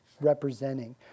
representing